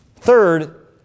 Third